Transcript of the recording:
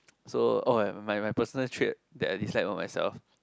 so oh my my personal trait that I dislike on myself